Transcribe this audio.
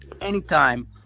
anytime